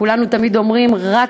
כולנו תמיד אומרים: רק